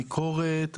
ביקורת,